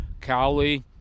Cowley